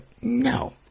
No